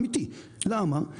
למה?